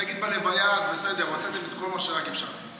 נגיד בלוויה, בסדר, הוצאתם את כל מה שרק אפשר.